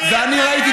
אני מבקש.